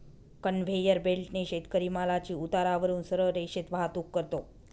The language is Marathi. कन्व्हेयर बेल्टने शेतकरी मालाची उतारावरून सरळ रेषेत वाहतूक करतो